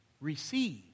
receive